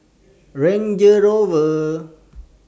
Range Rover